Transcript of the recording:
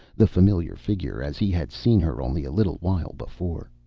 the familiar figure, as he had seen her only a little while before.